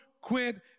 quit